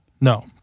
No